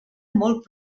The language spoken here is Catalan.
molt